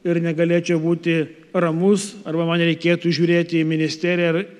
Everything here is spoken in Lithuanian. ir negalėčiau būti ramus arba man reikėtų žiūrėti į ministeriją ir